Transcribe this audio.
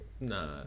Nah